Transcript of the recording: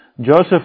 Joseph